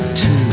two